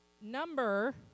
number